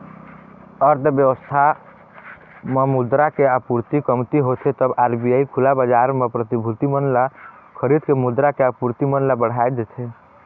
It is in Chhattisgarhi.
अर्थबेवस्था म मुद्रा के आपूरति कमती होथे तब आर.बी.आई खुला बजार म प्रतिभूति मन ल खरीद के मुद्रा के आपूरति मन ल बढ़ाय देथे